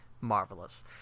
Marvelous